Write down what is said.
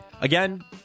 again